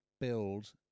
build